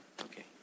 Okay